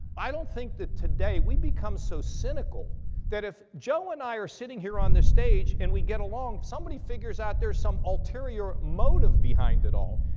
i don't think that today, we've become so cynical that if joe and i are sitting here on this stage and we get along somebody figures out there's some ulterior motive behind it all.